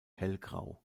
hellgrau